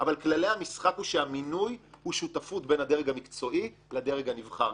אבל כללי המשחק הם שהמינוי הוא שותפות בין הדרג המקצועי לדרג הנבחר,